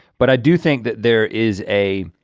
but i do think that there is a,